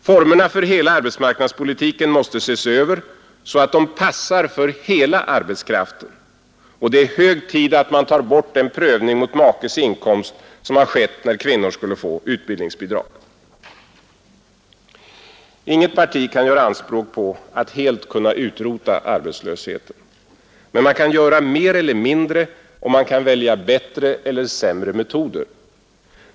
Formerna för hela arbetsmarknadspolitiken måste ses över så att de passar för hela arbetskraften. Det är också hög tid att man tar bort den prövning mot makes inkomst som sker när kvinnor skall få utbildningsbidrag. Inget parti kan göra anspråk på att helt kunna utrota arbetslösheten. Men man kan göra mer eller mindre, och man kan välja bättre eller sämre metoder.